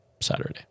Saturday